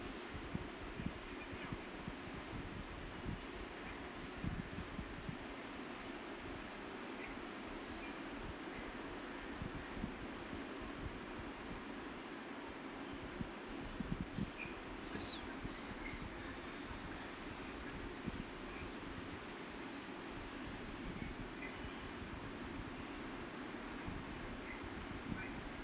yes